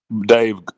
Dave